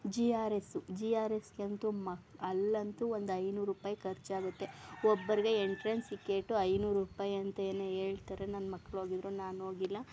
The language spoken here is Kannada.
G R S G R ಎಸ್ಗೆ ಅಂತು ಮಕ್ ಅಲ್ಲಂತು ಒಂದು ಐನೂರು ರೂಪಾಯಿ ಖರ್ಚಾಗುತ್ತೆ ಒಬ್ಬರಿಗೆ ಎಂಟ್ರೆನ್ಸ್ ಟಿಕೇಟು ಐನೂರು ರೂಪಾಯಿ ಅಂತೇನು ಹೇಳ್ತರೆ ನನ್ನ ಮಕ್ಕಳು ಹೋಗಿದ್ರು ನಾನು ಹೋಗಿಲ್ಲ